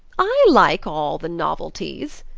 i like all the novelties,